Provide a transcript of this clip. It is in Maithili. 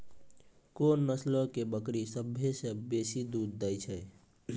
कोन नस्लो के बकरी सभ्भे से बेसी दूध दै छै?